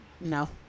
No